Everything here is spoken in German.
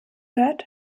hört